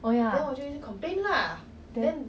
oh ya then